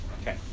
Okay